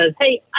hey